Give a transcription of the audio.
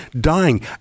dying